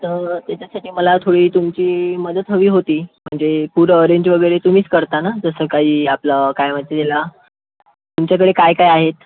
तर त्याच्यासाठी मला थोडी तुमची मदत हवी होती म्हणजे फूड अरेंज वगैरे तुम्हीच करता ना जसं काही आपलं काय म्हणते त्याला तुमच्याकडे काय काय आहेत